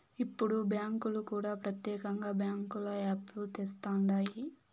ఇప్పుడు బ్యాంకులు కూడా ప్రత్యేకంగా బ్యాంకుల యాప్ లు తెస్తండాయి